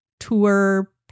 tour